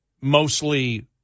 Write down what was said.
mostly